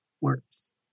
works